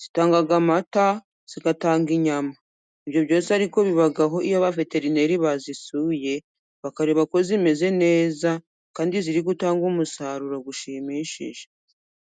zitanga amata, zigatanga inyama ibyo byose ariko bibaho iyo abaveterineri bazisuye bakareba ko zimeze neza kandi ziri gutanga umusaruro ushimishije.